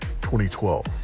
2012